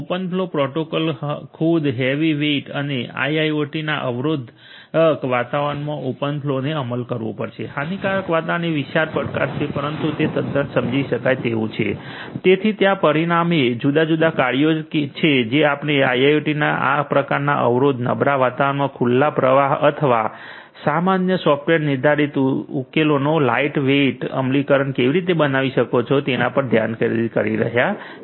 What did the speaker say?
OpenFlow protocol ખુદ heavy weight છે અને આઇઆઇઓઓટીના અવરોધક વાતાવરણમાં ઓપનફલૉને અમલ કરવું પડશે હાનિકારક વાતાવરણ એક વિશાળ પડકાર છે પરંતુ તે તદ્દન સમજી શકાય તેવું છે તેથી ત્યાં પરિણામે જુદા જુદા કાર્યો છે જે આપણે આઇઆઇઓટીના આ પ્રકારના અવરોધક નબળા વાતાવરણમાં ખુલ્લા પ્રવાહ અથવા અન્ય સોફ્ટવેર નિર્ધારિત ઉકેલોનું લાઈટ વેઈટ અમલીકરણ કેવી રીતે બનાવી શકો છો તેના પર ધ્યાન કેન્દ્રિત કરી રહ્યાં છે